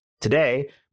Today